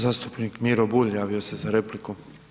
Zastupnik Miro Bulj javio se za repliku.